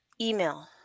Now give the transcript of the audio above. Email